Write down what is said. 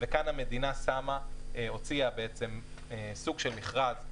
וכאן המדינה הוציאה סוג של מכרז,